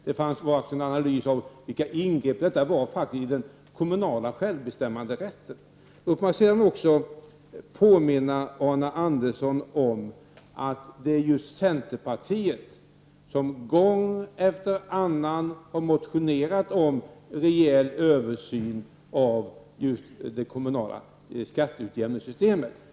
Det finns ingen analys av vilket ingrepp detta var i den kommunala självbestämmanderätten. Låt mig också påminna Arne Andersson om att det faktiskt är centerpartiet som gång efter annan har motionerat om en rejäl översyn av det kommunala skatteutjämningssystemet.